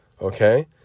okay